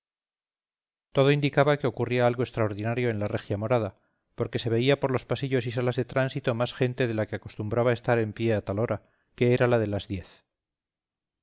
todo indicaba que ocurría algo extraordinario en la regia morada porque se veía por los pasillos y salas de tránsito más gente de la que acostumbraba estar en pie a tal hora que era la de las diez